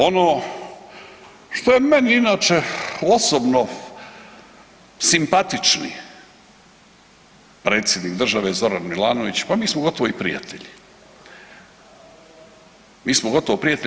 Ono što je meni inače osobno simpatični predsjednik države Zoran Milanović pa mi smo gotovo i prijatelji, mi smo gotovo prijatelji.